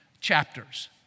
chapters